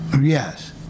Yes